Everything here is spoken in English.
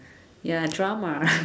ya drama